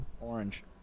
Orange